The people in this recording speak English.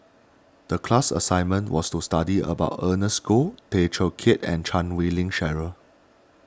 the class assignment was to study about Ernest Goh Tay Teow Kiat and Chan Wei Ling Cheryl